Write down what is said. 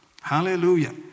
Hallelujah